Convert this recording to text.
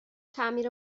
تعمیر